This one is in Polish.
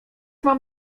mam